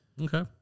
Okay